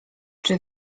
czy